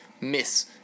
Miss